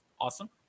awesome